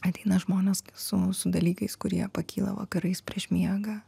ateina žmonės su su dalykais kurie pakyla vakarais prieš miegą